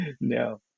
no